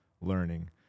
learning